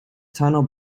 tunnel